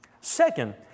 Second